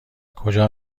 کجا